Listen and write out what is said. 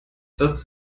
das